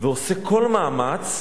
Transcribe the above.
ועושה כל מאמץ,